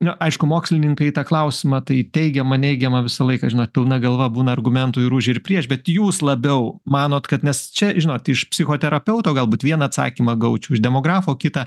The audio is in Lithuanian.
nu aišku mokslininkai į tą klausimą tai teigiamą neigiamą visą laiką žinot pilna galva būna argumentų ir už ir prieš bet jūs labiau manot kad nes čia žinot iš psichoterapeuto galbūt vieną atsakymą gaučiau iš demografo kitą